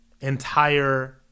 entire